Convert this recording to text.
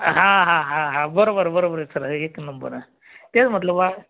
हा हा हा हा बरोबर बरोबर सर एक नंबर आहे तेच म्हटलं बा